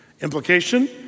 Implication